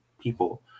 people